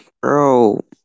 Bro